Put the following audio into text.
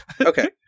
Okay